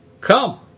Come